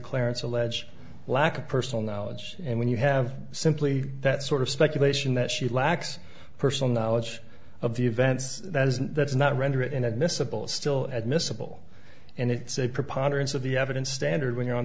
clarence allege lack of personal knowledge and when you have simply that sort of speculation that she lacks personal knowledge of the events that is that's not render it inadmissible still at miscible and it's a preponderance of the evidence standard when you're on